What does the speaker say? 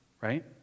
right